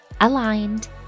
aligned